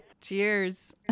Cheers